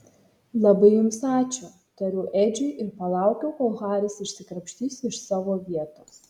labai jums ačiū tariau edžiui ir palaukiau kol haris išsikrapštys iš savo vietos